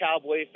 Cowboy